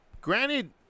Granted